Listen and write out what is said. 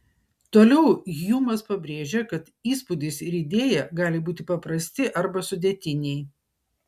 toliau hjumas pabrėžia kad įspūdis ir idėja gali būti paprasti arba sudėtiniai